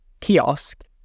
kiosk